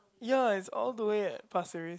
ya is all the way at Pasir Ris